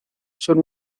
son